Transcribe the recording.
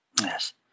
Yes